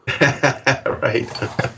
Right